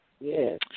Yes